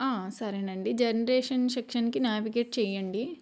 సరేనండి జనరేషన్ సెక్షన్కి న్యావిగేట్ చెయ్యండి